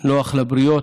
נוח לבריות,